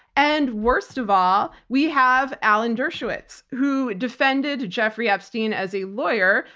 and worst of all, we have alan dershowitz who defended jeffrey epstein as a lawyer,